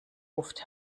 ruft